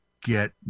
get